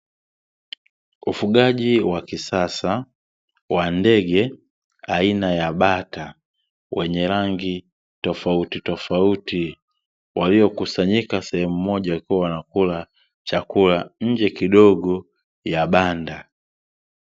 Ufugajii wa kisasa wa ndege aina ya bata wenye rangi tofauti tofauti wakiwa waliokusanyika sehemu moja wakiwa wanakula chakula nje kidogo ya banda.